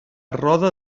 roda